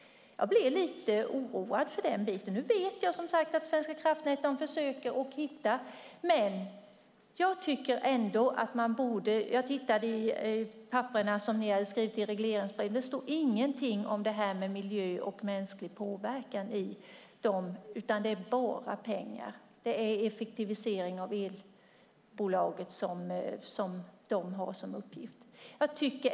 Jag blir oroad. Jag vet att Svenska kraftnät försöker hitta lösningar. Jag har tittat i regleringsbrevet. Där står ingenting om miljö och mänsklig påverkan. Det är bara fråga om pengar och effektivisering av elbolagen.